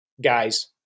Guys